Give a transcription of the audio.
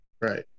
Right